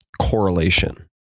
correlation